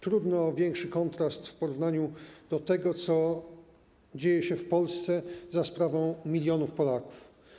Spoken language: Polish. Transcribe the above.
Trudno o większy kontrast w porównaniu do tego, co dzieje się w Polsce za sprawą milionów Polaków.